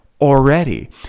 already